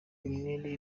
umwere